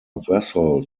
vessel